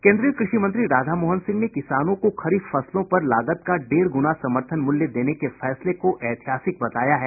केन्द्रीय कृषि मंत्री राधामोहन सिंह ने किसानों को खरीफ फसलों पर लागत का डेढ़ गुना समर्थन मूल्य देने के फैसले को ऐतिहासिक बताया है